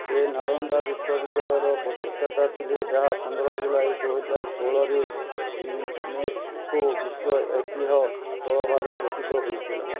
ସେ ନାଳନ୍ଦା ବିଶ୍ୱବିଦ୍ୟାଳୟର ପ୍ରତିଷ୍ଠାତା ଥିଲେ ଯାହା ପନ୍ଦର ଜୁଲାଇ ଦୁଇହଜାର ଷୋହଳରେ ୟୁନେସ୍କୋ ବିଶ୍ୱ ଐତିହ୍ୟ ସ୍ଥଳ ଭାବରେ ଘୋଷିତ ହେଇଥିଲା